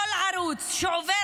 את אל-ג'זירה ורוצים לסגור כל ערוץ זר